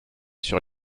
sur